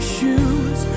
shoes